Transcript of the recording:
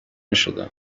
میشدن